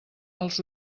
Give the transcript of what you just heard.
els